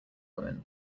woman